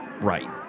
right